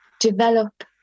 develop